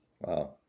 Wow